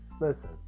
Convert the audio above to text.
Listen